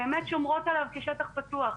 באמת שומרות עליו כשטח פתוח.